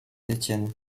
étienne